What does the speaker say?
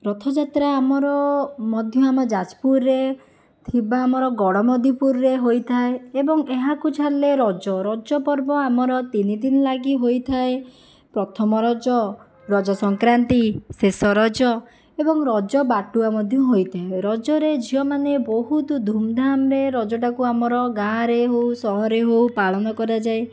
ରଥଯାତ୍ରା ଆମର ମଧ୍ୟ ଆମ ଯାଜପୁରରେ ଥିବା ଆମର ଗଡ଼ମଦିପୁରରେ ହୋଇଥାଏ ଏବଂ ଏହାକୁ ଛାଡ଼ିଲେ ରଜ ରଜ ପର୍ବ ଆମର ତିନି ଦିନ ଲାଗି ହୋଇଥାଏ ପ୍ରଥମ ରଜ ରଜ ସଂକ୍ରାନ୍ତି ଶେଷ ରଜ ଏବଂ ରଜ ବାଟୁଆ ମଧ୍ୟ ହୋଇଥାଏ ରଜରେ ଝିଅମାନେ ବହୁତ ଧୁମଧାମରେ ରଜଟାକୁ ଆମର ଗାଁରେ ହେଉ ସହରେ ହେଉ ପାଳନ କରାଯାଏ